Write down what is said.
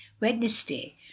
wednesday